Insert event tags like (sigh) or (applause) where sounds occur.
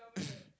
(coughs)